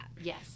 yes